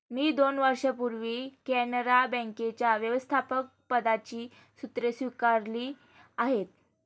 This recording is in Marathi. मी दोन वर्षांपूर्वी कॅनरा बँकेच्या व्यवस्थापकपदाची सूत्रे स्वीकारली आहेत